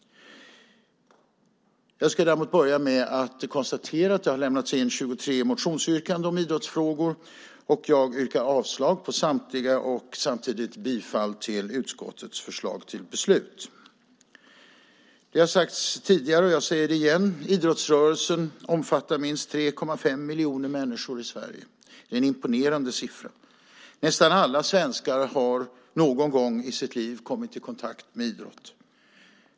Jag ska börja med att konstatera att det har lämnats in 23 motionsyrkanden om idrottsfrågor. Jag yrkar avslag på samtliga och samtidigt bifall till utskottets förslag till beslut. Det har sagts tidigare och jag säger det igen, idrottsrörelsen omfattar minst 3,5 miljoner människor i Sverige. Det är en imponerande siffra. Nästan alla svenskar har någon gång i sitt liv kommit i kontakt med idrott.